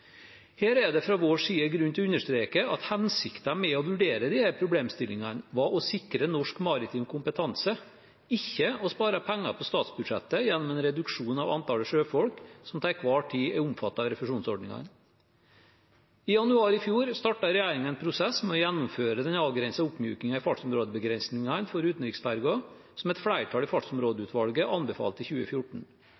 Her er det fra vår side grunn til å understreke at hensikten med å vurdere disse problemstillingene var å sikre norsk maritim kompetanse, ikke å spare penger på statsbudsjettet gjennom en reduksjon av antallet sjøfolk som til enhver tid er omfattet av refusjonsordningene. I januar i fjor startet regjeringen en prosess med å gjennomføre den avgrensede oppmykningen i fartsområdebegrensningene for utenriksferjer som et flertall i